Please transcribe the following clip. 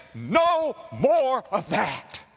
no more of that!